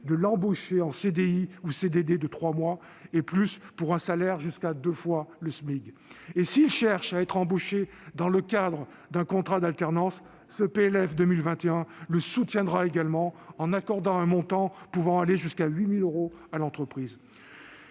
de l'embaucher en CDI ou CDD de trois mois et plus, pour un salaire jusqu'à deux fois le SMIC. S'il cherche à être embauché dans le cadre d'un contrat d'alternance, le PLF pour 2021 le soutiendra également, en accordant à l'entreprise un montant pouvant aller jusqu'à 8 000 euros. Mais